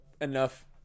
enough